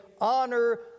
honor